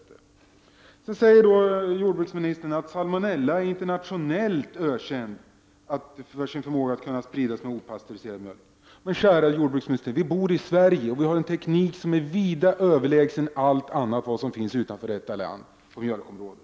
Vidare säger jordbruksministern att salmonella är ”internationellt ökänd för sin förmåga att kunna spridas med opastöriserad mjölk”. Men kära jordbruksminister! Vi bor i Sverige, och vi har en teknik som är vida överlägsen allt det som finns utanför detta land på mjölkområdet.